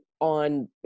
on